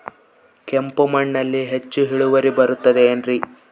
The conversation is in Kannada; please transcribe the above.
ಕೆಂಪು ಮಣ್ಣಲ್ಲಿ ಹೆಚ್ಚು ಇಳುವರಿ ಬರುತ್ತದೆ ಏನ್ರಿ?